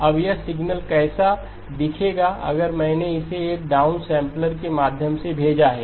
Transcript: अब यह सिग्नल कैसा दिखेगा अगर मैंने इसे एक डाउन सैम्पलर के माध्यम से भेजा है